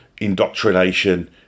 indoctrination